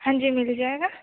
हाँ जी मिल जाएगा